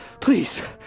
please